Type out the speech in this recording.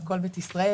לכל בית ישראל.